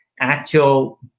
actual